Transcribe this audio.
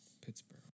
Pittsburgh